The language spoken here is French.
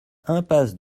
impasse